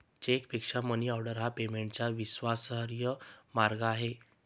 चेकपेक्षा मनीऑर्डर हा पेमेंटचा विश्वासार्ह मार्ग आहे